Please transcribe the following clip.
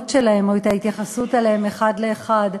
שלהם או את ההתייחסות אליהם אחת לאחת?